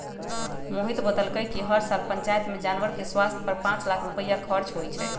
मोहित बतलकई कि हर साल पंचायत में जानवर के स्वास्थ पर पांच लाख रुपईया खर्च होई छई